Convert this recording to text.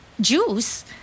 Juice